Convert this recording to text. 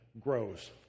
grows